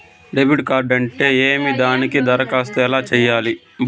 debit card అంటే ఏమి దానికి దరఖాస్తు ఎలా సేయాలి